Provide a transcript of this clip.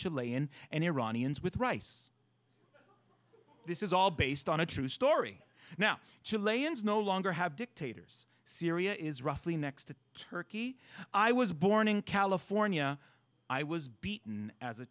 chili and and iranians with rice this is all based on a true story now two lanes no longer have dictators syria is roughly next to turkey i was born in california i was beaten as a